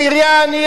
בעירייה אני,